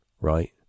right